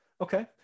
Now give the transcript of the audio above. Okay